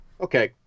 Okay